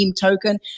token